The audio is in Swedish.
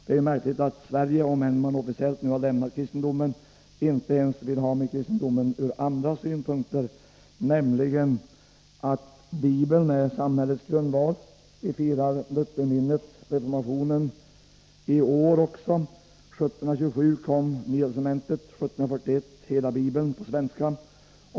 Det är märkligt att Sverige, om man nu har lämnat kristendomen officiellt, inte ens vill ha med kristendomen ur andra synpunkter, nämligen att Bibeln är samhällets grundval. Vi firar Lutherminnet, reformationen, i år också. År 1527 kom Nya testamentet och 1541 hela Bibeln på svenska.